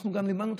אנחנו גם לימדנו,